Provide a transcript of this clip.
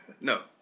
No